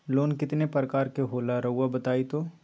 Loan कितने पारकर के होला रऊआ बताई तो?